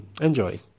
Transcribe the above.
enjoy